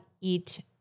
eat